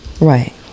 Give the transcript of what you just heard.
right